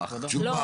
בסדר?